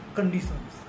Conditions